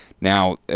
Now